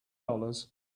dollars